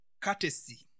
courtesy